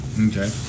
Okay